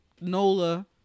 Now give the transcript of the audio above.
Nola